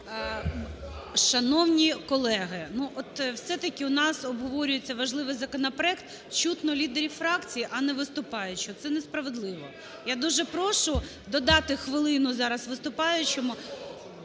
Шановні колеги, ну, от все-таки у нас обговорюється важливий законопроект – чутно лідерів фракцій, а не виступаючих. Це несправедливо. Я дуже прошу додати хвилину зараз виступаючому…